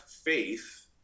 faith